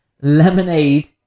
lemonade